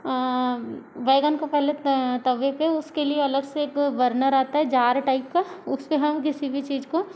बैगन को पहले तवे पे उसके लिए अलग से एक बर्नर आता है जार टाइप का उस पे हम किसी भी चीज को